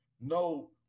no